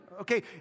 okay